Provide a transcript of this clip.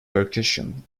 percussion